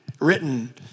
written